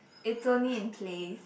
it's only in plays